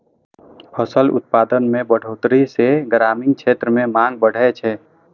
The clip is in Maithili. फसल उत्पादन मे बढ़ोतरी सं ग्रामीण क्षेत्र मे मांग बढ़ै छै